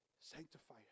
Sanctify